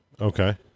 Okay